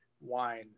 wine